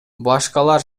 башкалар